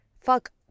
fuck